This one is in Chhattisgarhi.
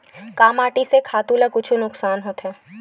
का माटी से खातु ला कुछु नुकसान होथे?